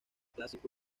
clásico